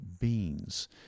beans